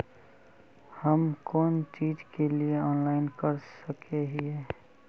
हम कोन चीज के लिए ऑनलाइन कर सके हिये?